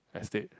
estate